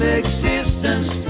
existence